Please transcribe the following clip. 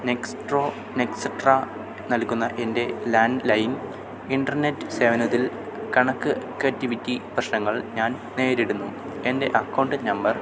Nextro Nextra നൽകുന്ന എൻ്റെ landline internet സേവനത്തിൽ കണക്ക്കെറ്റിവിറ്റി പ്രശ്നങ്ങൾ ഞാൻ നേരിടുന്നു എൻ്റെ അക്കൗണ്ട് നമ്പർ